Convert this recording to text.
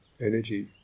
energy